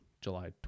July